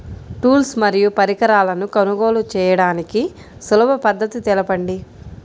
Tools మరియు పరికరాలను కొనుగోలు చేయడానికి సులభ పద్దతి తెలపండి?